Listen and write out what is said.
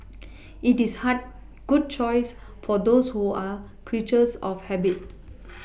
it is good choice for those who are creatures of habit